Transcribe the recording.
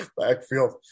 backfield